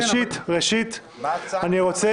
ראשית אני רוצה